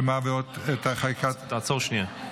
שמהווה את חקיקת --- תעצור שנייה.